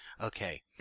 Okay